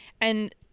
And-